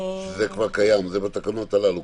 וזה כבר קיים, זה בתקנות הללו.